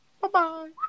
Bye-bye